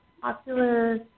popular